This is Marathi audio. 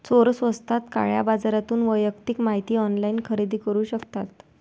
चोर स्वस्तात काळ्या बाजारातून वैयक्तिक माहिती ऑनलाइन खरेदी करू शकतात